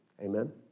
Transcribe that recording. Amen